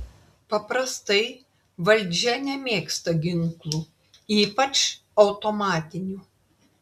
paprastai valdžia nemėgsta ginklų ypač automatinių